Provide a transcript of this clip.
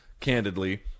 candidly